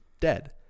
dead